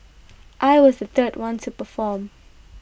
I was the third one to perform